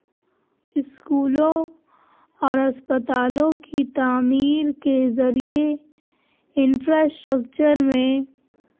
اسکولوں اور اسپتالوں کی تعمیر کے ذریعے انفراسٹرکچر میں